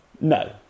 No